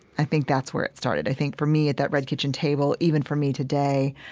i think that's where it started. i think for me at that red kitchen table, even for me today,